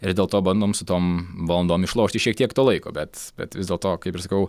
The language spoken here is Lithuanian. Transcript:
ir dėl to bandom su tom valandom išlošti šiek tiek to laiko bet bet vis dėlto kaip ir sakau